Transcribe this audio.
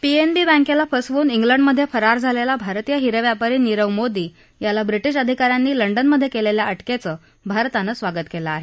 PNB बँकेला फसवन इंग्लंडमध्ये फरार झालेला भारतीय हिरेव्यापारी नीरव मोदी याला ब्रिटिश अधिकाऱयांनी लंडनमध्ये केलेल्या अटकेचं भारतानं स्वागत केलं आहे